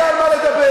היה על מה לדבר.